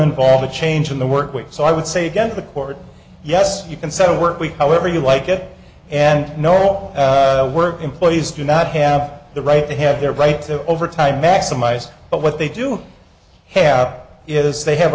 involve a change in the work week so i would say again to the court yes you can say work week however you like it and normal work employees do not have the right to have their right to overtime maximize but what they do have is they have